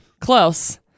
Close